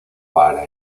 para